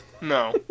no